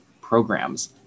programs